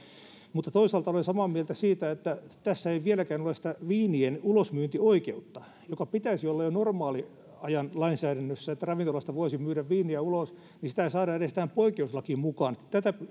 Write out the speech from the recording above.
mutta toisaalta olen samaa mieltä siitä että tässä ei vieläkään ole sitä viinien ulosmyyntioikeutta joka pitäisi olla jo normaaliajan lainsäädännössä että ravintolasta voisi myydä viiniä ulos sitä ei saada edes tähän poikkeuslakiin mukaan ja tätä